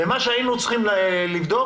במה שהיינו צריכים לבדוק,